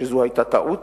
שהיא היתה טעות,